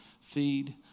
feed